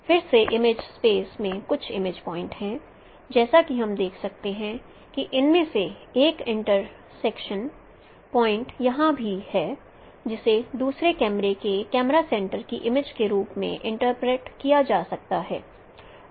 फिर से image space में कुछ इमेज पॉइंट हैं और जैसा कि हम देख सकते हैं कि इनमें से एक इंट्रसेक्शन पॉइंट यहां है जिसे दूसरे कैमरे के कैमरा सेंटर की इमेज के रूप में इंटरप्रेट किया जा सकता है